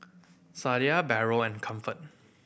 Sadia Barrel and Comfort